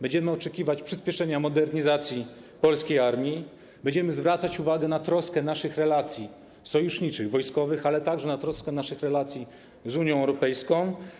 Będziemy oczekiwać przyspieszenia modernizacji polskiej armii, będziemy zwracać uwagę na troskę o nasze relacje sojusznicze, wojskowe, ale także na troskę o nasze relacje z Unią Europejską.